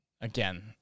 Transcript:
again